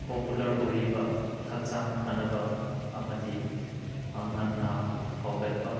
popular ꯑꯣꯏꯔꯤꯕ ꯍꯛꯆꯥꯡ ꯐꯅꯕ ꯑꯃꯗꯤ ꯄꯥꯡꯒꯟꯅ ꯍꯧꯒꯠꯄ